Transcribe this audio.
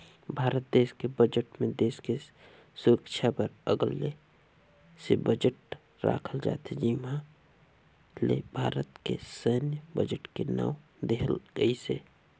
भारत देस के बजट मे देस के सुरक्छा बर अगले से बजट राखल जाथे जिहां ले भारत के सैन्य बजट के नांव देहल गइसे